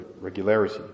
regularity